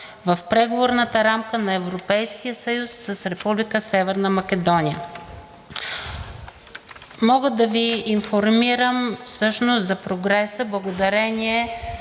в преговорната рамка на Европейския съюз с Република Северна Македония. Мога да Ви информирам всъщност за прогреса благодарение